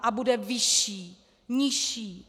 A bude vyšší, nižší?